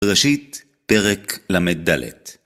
בראשית, פרק למד דלת.